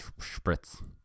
spritz